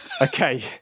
Okay